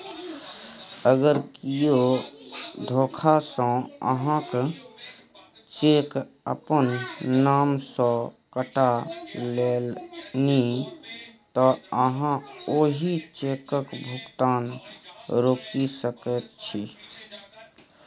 अगर कियो धोखासँ अहाँक चेक अपन नाम सँ कटा लेलनि तँ अहाँ ओहि चेकक भुगतान रोकि सकैत छी